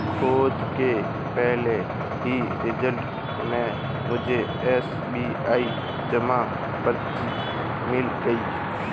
खोज के पहले ही रिजल्ट में मुझे एस.बी.आई जमा पर्ची मिल गई